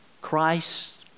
Christ